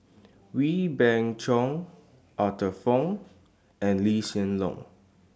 Wee Beng Chong Arthur Fong and Lee Hsien Loong